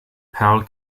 powell